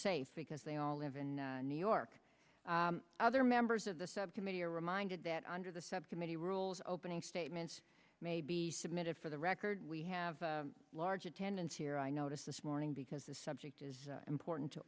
safe because they all live in new york other members of the subcommittee are reminded that under the subcommittee rules opening statements may be submitted for the record we have a large attendance here i noticed this morning because the subject important to